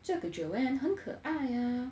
这个 joanne 很可爱 ah